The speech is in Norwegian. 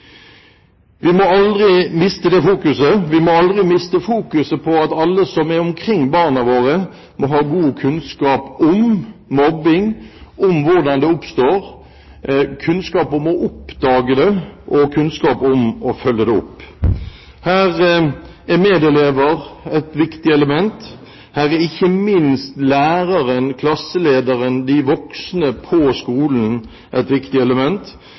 er omkring barna våre, må ha god kunnskap om mobbing, om hvordan det oppstår, kunnskap om å oppdage det og kunnskap om å følge det opp. Her er medelever et viktig element. Her er ikke minst læreren, klasselederen, de voksne på skolen et viktig element,